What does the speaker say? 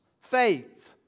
faith